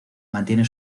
mantiene